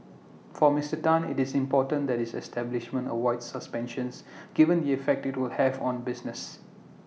for Mister Tan IT is important that his establishment avoids suspensions given the effect IT will have on business